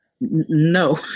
No